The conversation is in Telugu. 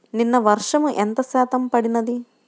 నిన్న వర్షము ఎంత శాతము పడినది?